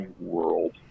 world